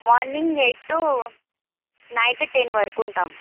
morning eight to night ten వరకు ఉంటాము